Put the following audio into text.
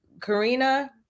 Karina